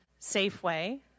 Safeway